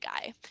guy